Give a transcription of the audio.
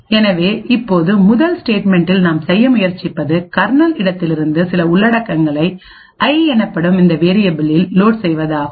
எனவே இப்போது முதல் ஸ்டேட்மென்ட்டில் நாம் செய்ய முயற்சிப்பது கர்னல் இடத்திலிருந்து சில உள்ளடக்கங்களை ஐ எனப்படும் இந்த வேரியபிலில் லோட் செய்வதாகும்